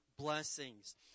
blessings